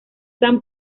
san